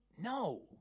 No